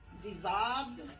dissolved